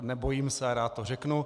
Nebojím se a rád to řeknu.